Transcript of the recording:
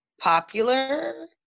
popular